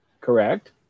Correct